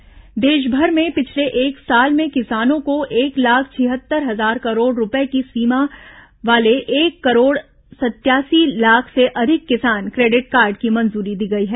किसान credit card देशभर में पिछले एक साल में किसानों को एक लाख छिहत्तर हजार करोड़ रुपये की सीमा वाले एक करोड़ सत्यासी लाख से अधिक किसान क्रेडिट कार्ड की मंजूरी दी गई है